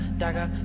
dagger